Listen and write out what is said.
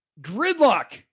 gridlock